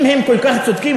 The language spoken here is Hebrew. אם הם כל כך צודקים,